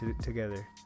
together